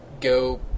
go